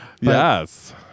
Yes